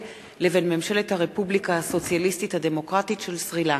לבין ממשלת הרפובליקה הסוציאליסטית הדמוקרטית של סרי-לנקה.